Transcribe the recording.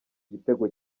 igitego